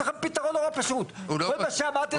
תיקון חוק התכנון והבנייה 89. בחוק התכנון והבנייה,